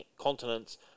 continents